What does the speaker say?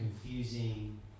confusing